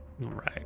Right